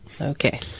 Okay